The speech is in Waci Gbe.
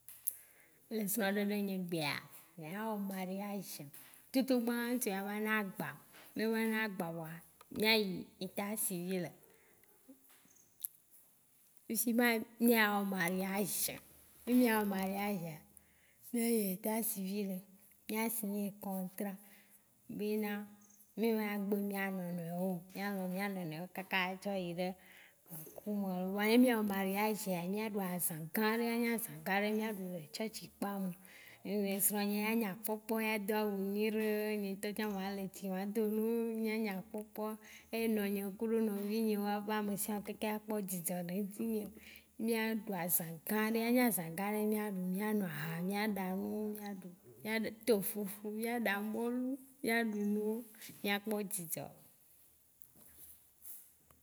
Le srɔ ɖeɖe nye gbea, ŋdza wɔ mariage. Tutu gbã ŋutsu ya va na agba. Ne eva na gba vɔa, mí ya yi Etat civil. Fifi ma mía wɔ mariage. Ne mí ya wɔ mariage a, mía yi Etat civil mía signer contrat be na mí mea gbe mía nɔnɔ wo. Mía lɔ mía nɔnɔ wo kaka tsɔ yi ɖe eku me, vɔa ne mía wɔ mariage a mía ɖu azã gã ɖe, ela nyi azã gã ɖe mía ɖu le tsɔtsi kpa me. Esrɔ nye ya nya kpɔkpɔ ya do awu nyuire nye ŋtɔ tsã ma le tsi ma do nu nya nya kpɔkpɔ e enɔ nye kuɖo nɔvi nyeo a va, amesiame kaka a kpɔ dzidzɔ le ŋtsi nye. Mía ɖu azã gã ɖe eya nye azã gã ɖe mía ɖu mía nu aha, mía ɖa nu wo mía ɖu. Mía ɖe- to fufu mía ɖa mɔlu mía ɖu nu wo mía kpɔ dzidzɔ.